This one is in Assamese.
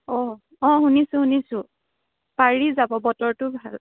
অঁ অঁ শুনিছোঁ শুনিছোঁ পাৰি যাব বতৰটোও ভাল